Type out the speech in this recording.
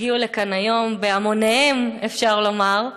שהגיעו לכאן היום בהמוניהם, אפשר לומר.